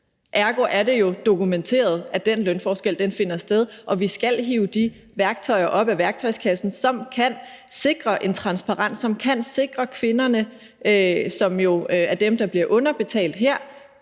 ergo er det jo dokumenteret, at den lønforskel finder sted. Og vi skal hive de værktøjer op af værktøjskassen, som kan sikre en transparens, og som kan sikre kvinderne, som jo er dem, der bliver underbetalt her,